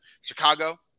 Chicago